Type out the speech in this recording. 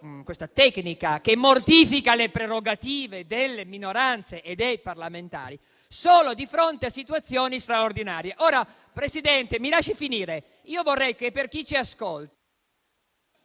questa tecnica, che mortifica le prerogative delle minoranze e dei parlamentari, solo di fronte a situazioni straordinarie. Signor Presidente, mi lasci concludere, per chi ci ascolta: